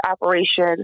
operation